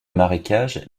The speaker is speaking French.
marécage